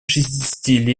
шестидесяти